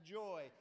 joy